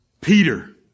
Peter